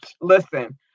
Listen